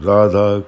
Radha